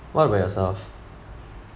what about yourself